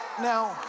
now